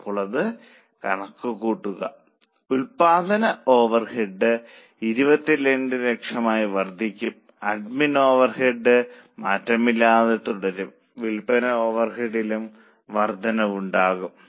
അപ്പോൾ അത് കണക്കുകൂട്ടുക ഉൽപ്പാദന ഓവർഹെഡ് 2200000 വർദ്ധിക്കും അഡ്മിൻ ഓവർഹെഡ് മാറ്റമില്ലാതെ തുടരും വിൽപന ഓവർഹെഡിലും വർദ്ധനവുണ്ടാകും